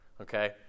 okay